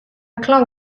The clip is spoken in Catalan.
clau